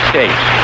States